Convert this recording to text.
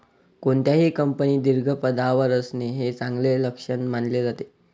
कोणत्याही कंपनीत दीर्घ पदावर असणे हे चांगले लक्षण मानले जाते